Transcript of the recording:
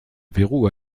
verrou